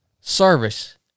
service